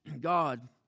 God